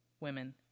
Women